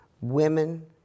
women